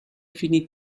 finì